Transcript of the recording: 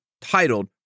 titled